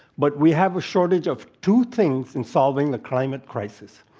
but we have a shortage of two things in solving the climate crisis.